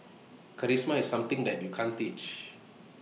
charisma is something that you can't teach